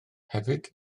hefyd